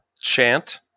chant